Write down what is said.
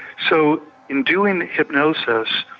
so in doing hypnosis,